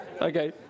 Okay